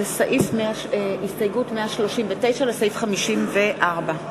רבותי: הסתייגות 139, הצביעו בעד 46,